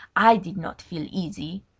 i did not feel easy.